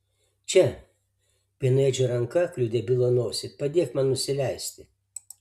čia viena edžio ranka kliudė bilo nosį padėk man nusileisti